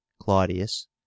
Claudius